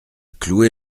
clouer